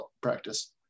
practice